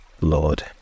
Lord